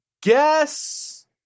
guess